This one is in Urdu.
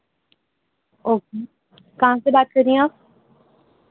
اوکے کہاں سے بات کر رہی ہیں آپ